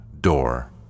door